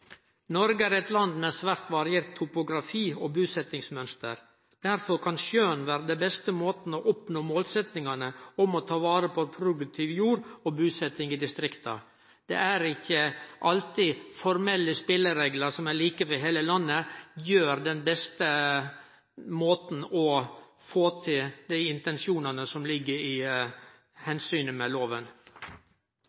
Noreg er eit land med svært variert topografi og busetjingsmønster. Derfor kan skjøn vere den beste måten for å oppnå målsetjingane om å ta vare på produktiv jord og busetjing i distrikta. Det er ikkje alltid formelle spelereglar som er like over heile landet, som er den beste måten å oppnå dei intensjonane som